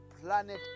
planet